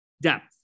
Depth